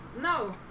No